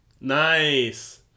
Nice